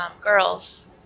girls